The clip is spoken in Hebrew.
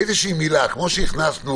איזשהו מילה, כמו שהכנסנו